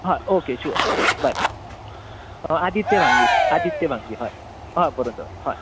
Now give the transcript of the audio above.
हय okay sure sure bye Aditya Bhangi हय आदित्य भांगी हय बरोबर हय